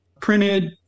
printed